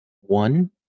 one